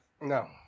No